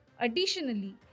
Additionally